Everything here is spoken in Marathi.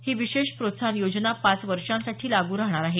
ही विशेष प्रोत्साहन योजना पाच वर्षांसाठी लागू राहणार आहे